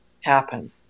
happen